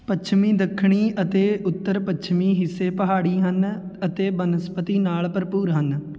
ਪੱਛਮੀ ਦੱਖਣੀ ਅਤੇ ਉੱਤਰ ਪੱਛਮੀ ਹਿੱਸੇ ਪਹਾੜੀ ਹਨ ਅਤੇ ਬਨਸਪਤੀ ਨਾਲ ਭਰਪੂਰ ਹਨ